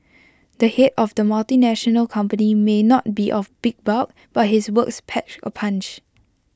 the Head of the multinational company may not be of big bulk but his words patch A punch